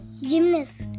Gymnast